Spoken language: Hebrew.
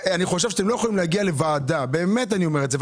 אני חושב שאתם לא יכולים להגיע לוועדה באמת אני אומר את זה,